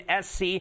SC